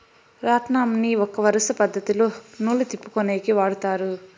రాట్నంని ఒక వరుస పద్ధతిలో నూలు తిప్పుకొనేకి వాడతారు